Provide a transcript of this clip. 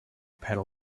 pedal